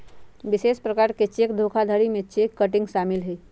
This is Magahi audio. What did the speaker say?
विशेष प्रकार के चेक धोखाधड़ी में चेक किटिंग शामिल हइ